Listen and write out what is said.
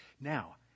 Now